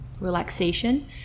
relaxation